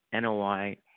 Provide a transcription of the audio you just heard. NOI